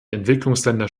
entwicklungsländer